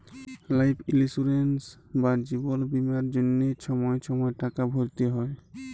life insurance বা জিবল বীমার জ্যনহে ছময় ছময় টাকা ভ্যরতে হ্যয়